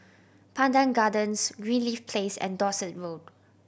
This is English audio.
Pandan Gardens Greenleaf Place and Dorset Road